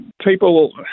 people